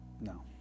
No